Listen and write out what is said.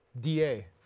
DA